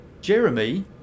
Jeremy